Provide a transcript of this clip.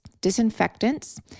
disinfectants